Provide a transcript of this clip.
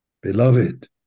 Beloved